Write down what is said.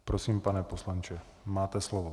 Prosím, pane poslanče, máte slovo.